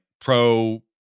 pro